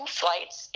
flights